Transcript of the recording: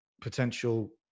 potential